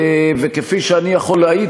וכפי שאני יכול להעיד,